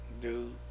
Dude